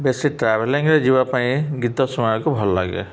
ବେଶୀ ଟ୍ରାଭେଲିଂରେ ଯିବା ପାଇଁ ଗୀତ ଶୁଣିବାକୁ ଭଲ ଲାଗେ